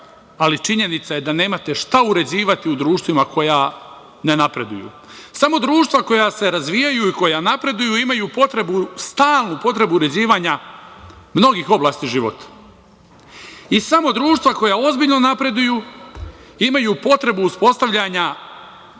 ali činjenica je da nemate šta uređivati u društvima koja ne napreduju. Samo društva koja se razvijaju i koja napreduju imaju stalnu potrebu uređivanja mnogih oblasti života. I samo društva koja ozbiljno napreduju imaju potrebu uspostavljanja